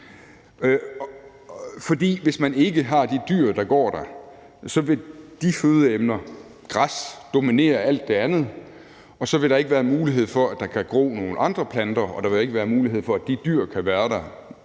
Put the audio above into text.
For hvis man ikke har de dyr, der går der, vil de fødeemner – græs – dominere alt det andet, og så vil der ikke være mulighed for, at der kan gro nogen andre planter, og der vil ikke være mulighed for, at de dyr kan være der,